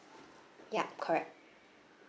yup correct